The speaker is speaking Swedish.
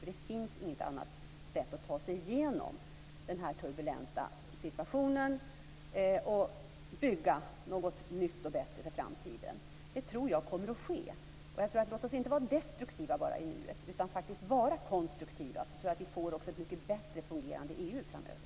Det finns inget annat sätt att ta sig igenom den här turbulenta situationen och bygga något nytt och bättre för framtiden. Jag tror att det kommer att ske. Låt oss inte vara destruktiva i nuet, utan låt oss vara konstruktiva. Då tror jag att vi får ett mycket bättre fungerande EU framöver.